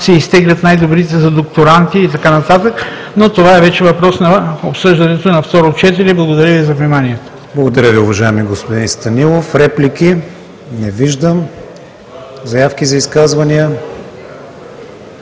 се изтеглят най-добрите за докторанти и така нататък. Това е вече въпрос на обсъждането на второ четене. Благодаря Ви за вниманието. ПРЕДСЕДАТЕЛ КРИСТИАН ВИГЕНИН: Благодаря Ви, уважаеми господин Станилов. Реплики? Не виждам. Заявки за изказвания?